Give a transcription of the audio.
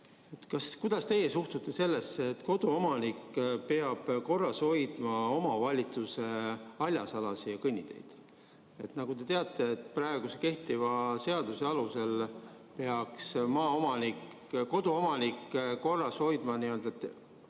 Kuidas teie suhtute sellesse, et koduomanik peab korras hoidma omavalitsuse haljasalasid ja kõnniteid? Nagu te teate, praegu kehtiva seaduse alusel peab koduomanik korras hoidma oma